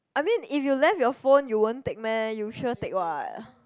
I mean if you left your phone you won't take meh you sure take what